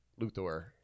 Luthor